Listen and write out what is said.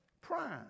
Prime